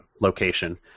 location